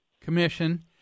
commission